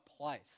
place